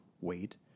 weight